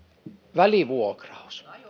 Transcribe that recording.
välivuokraus